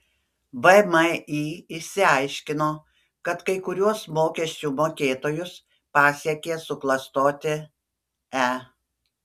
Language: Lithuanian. vmi išsiaiškino kad kai kuriuos mokesčių mokėtojus pasiekė suklastoti e